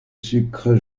sucre